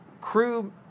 crew